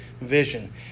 vision